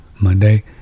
Monday